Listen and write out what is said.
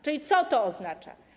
Co to oznacza?